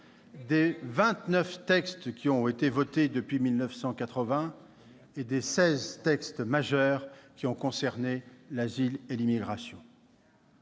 des vingt-neuf textes votés depuis 1980 et des seize textes majeurs qui ont concerné l'asile et l'immigration.